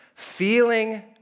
Feeling